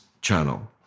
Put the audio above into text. channel